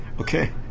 Okay